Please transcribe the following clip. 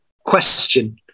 question